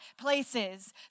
places